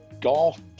Golf